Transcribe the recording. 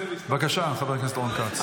בבקשה, חבר הכנסת רון כץ.